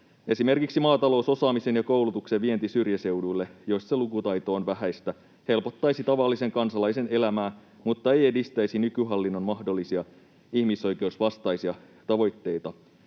Esimerkiksi maatalousosaamisen ja koulutuksen vienti syrjäseuduille, missä lukutaito on vähäistä, helpottaisi tavallisen kansalaisen elämää mutta ei edistäisi nykyhallinnon mahdollisia ihmisoikeusvastaisia tavoitteita.